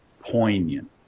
poignant